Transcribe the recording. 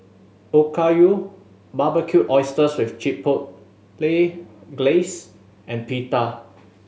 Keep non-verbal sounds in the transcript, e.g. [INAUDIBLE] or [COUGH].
Okayu Barbecued Oysters with Chipotle [UNINTELLIGIBLE] Glaze and Pita